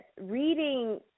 reading